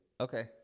Okay